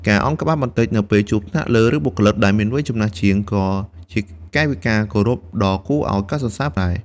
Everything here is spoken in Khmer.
ការឱនក្បាលបន្តិចនៅពេលជួបថ្នាក់លើ ឬបុគ្គលដែលមានវ័យចំណាស់ជាង ក៏ជាកាយវិការគោរពមួយដ៏គួរឲ្យកោតសរសើរដែរ។